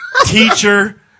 teacher